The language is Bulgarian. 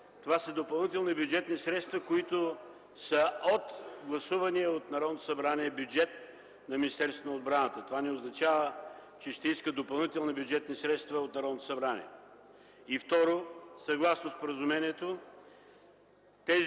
говорим за допълнителни бюджетни средства, те са от гласувания от Народното събрание бюджет на Министерството на отбраната. Това не означава, че ще се искат допълнително бюджетни средства от Народното събрание. Второ, съгласно споразумението